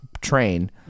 train